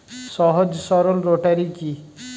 সহজ সরল রোটারি কি?